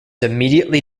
immediately